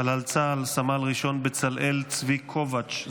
חלל צה"ל סמל ראשון בצלאל צבי קובץ,